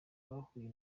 bahuye